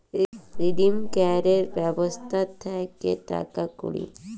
redeem ক্যরের ব্যবস্থা থাক্যে টাকা কুড়ি